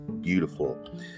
beautiful